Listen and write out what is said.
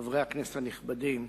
חברי הכנסת הנכבדים,